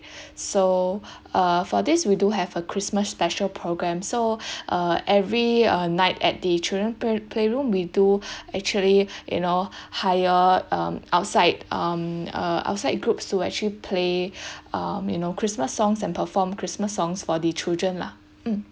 so uh for this we do have a christmas special program so uh every uh night at the children play~ playroom we do actually you know hirer um outside um err outside groups to actually play um you know christmas songs and perform christmas songs for the children lah mm